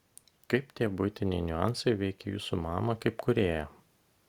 kaip tie buitiniai niuansai veikė jūsų mamą kaip kūrėją